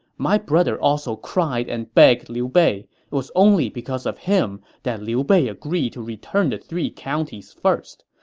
my brother also cried and begged liu bei. it was only because of him that liu bei agreed to return the three counties first.